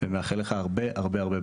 ואני מאחל לך הרבה בהצלחה.